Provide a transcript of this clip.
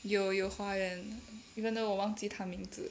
有有华人 even though 我忘记他名字